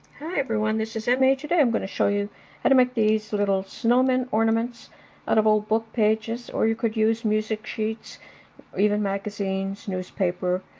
hi everyone this is emi today i'm going to show you how to make these little snowmen ornaments out of old book pages or you could use music sheets or even magazines, newspaper,